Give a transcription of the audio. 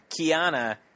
Kiana